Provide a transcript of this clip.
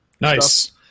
Nice